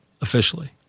officially